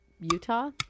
Utah